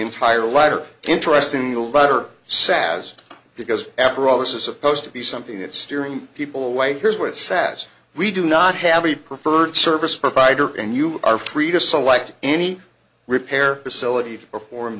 entire latter interesting letter sad because after all this is supposed to be something that steering people away here's what sas we do not have a preferred service provider and you are free to select any repair facility to perform